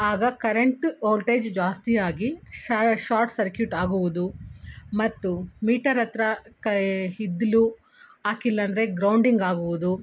ಆಗ current voltage ಜಾಸ್ತಿ ಆಗಿ ಶಾ ಶಾರ್ಟ್ ಸರ್ಕ್ಯುಟ್ ಆಗುವುದು ಮತ್ತು ಮೀಟರ್ ಹತ್ರ ಕೈ ಇದು ಹಾಕಿಲ್ಲಂದ್ರೆ ಗ್ರೌಂಡಿಂಗ್ ಆಗುವುದು